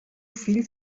fill